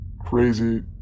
crazy